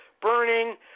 burning